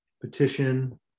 petition